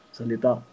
salita